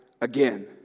again